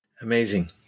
Amazing